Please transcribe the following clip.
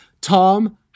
Tom